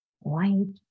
white